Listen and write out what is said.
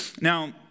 Now